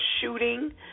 shooting